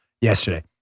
yesterday